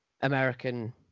American